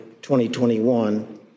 2021